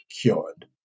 cured